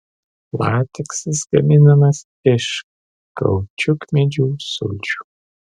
lateksas gaminamas iš kaučiukmedžių sulčių